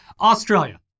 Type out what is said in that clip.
Australia